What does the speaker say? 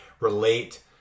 relate